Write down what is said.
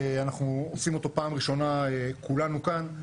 אנחנו עושים אותו פעם ראשונה כולנו כאן,